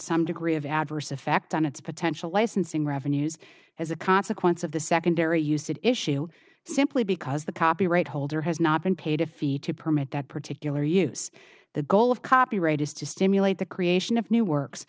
some degree of adverse effect on its potential licensing revenues as a consequence of the secondary use an issue simply because the copyright holder has not been paid a fee to permit that particular use the goal of copyright is to stimulate the creation of new works